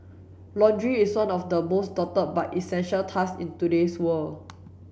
laundry is one of the most daunted but essential task in today's world